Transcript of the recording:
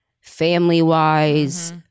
family-wise